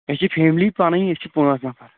أسۍ چھِ فیٚملی پَنٕنۍ أسۍ چھِ پانٛژھ نَفر